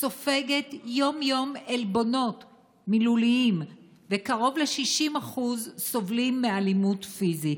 ממנה סופגת יום-יום עלבונות מילוליים וקרוב ל-60% סובלים מאלימות פיזית.